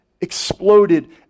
exploded